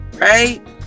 Right